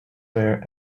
were